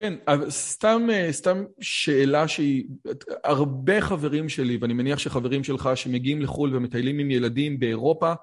כן, סתם שאלה שהיא הרבה חברים שלי ואני מניח שחברים שלך שמגיעים לחול ומטיילים עם ילדים באירופה